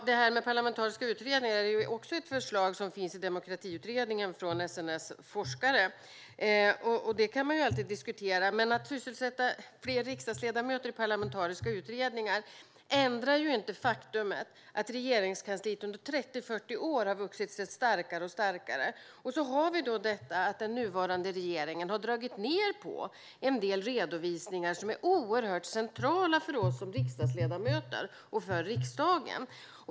Herr talman! Det finns också ett förslag om parlamentariska utredningar i demokratiutredningen från SNS forskare. Det kan man alltid diskutera. Men att sysselsätta fler riksdagsledamöter i parlamentariska utredningar ändrar inte det faktum att Regeringskansliet under 30-40 år har vuxit sig starkare och starkare. Den nuvarande regeringen har också dragit ned på en del redovisningar som är oerhört centrala för oss som riksdagsledamöter och för riksdagen.